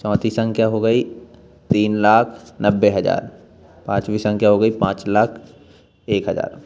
चौथी संख्या हो गई तीन लाख नब्बे हज़ार पाँचवी संख्या हो गई पाँच लाख एक हज़ार